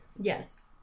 Yes